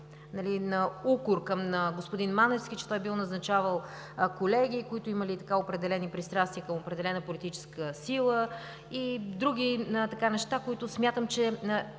на укор към господин Маневски, че бил назначавал колеги, които имали определени пристрастия към определена политическа сила, и други неща. Смятам, че